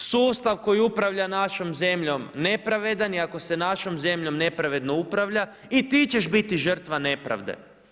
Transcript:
Ako je sustav koji upravlja našom zemljom nepravedan i ako se našom zemljom nepravedno upravlja, i ti ćeš biti žrtva nepravde.